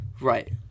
Right